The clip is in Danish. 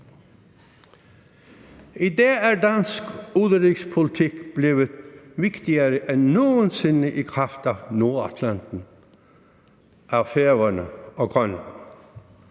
I dag er dansk udenrigspolitik blevet vigtigere end nogen sinde i kraft af Nordatlanten – af Færøerne og